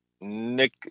Nick